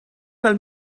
fel